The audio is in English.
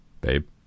babe